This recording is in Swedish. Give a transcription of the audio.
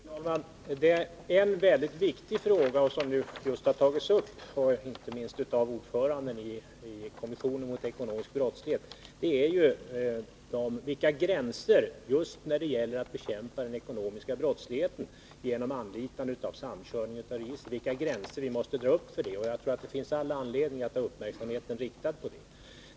Fru talman! En väldigt viktig fråga som just nu har tagits upp, inte minst av ordföranden i kommissionen mot ekonomisk brottslighet, gäller vilka gränser vi måste dra upp just när det gäller att bekämpa den ekonomiska brottsligheten genom anlitande av samkörning av register. Jag tror att det finns all anledning att ha uppmärksamheten riktad på det problemet.